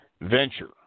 venture